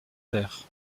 terre